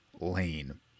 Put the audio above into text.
Lane